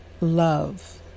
love